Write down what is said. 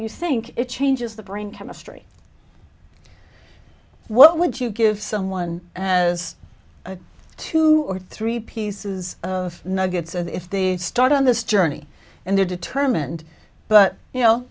you think it changes the brain chemistry what would you give someone as two or three pieces of nuggets of if they start on this journey and they're determined but you know